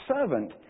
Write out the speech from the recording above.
servant